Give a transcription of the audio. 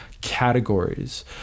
categories